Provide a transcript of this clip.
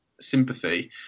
sympathy